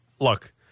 Look